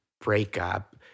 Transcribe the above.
breakup